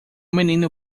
menino